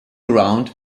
around